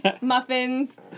muffins